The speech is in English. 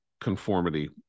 conformity